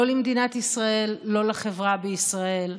לא למדינת ישראל, לא לחברה בישראל.